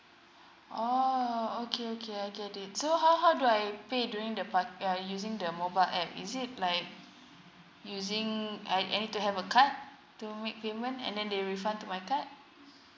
oh okay okay I get it so how how do I pay during the park yeah using the mobile A_P_P is it like using uh I need to have a card to make payment and then they refund to my card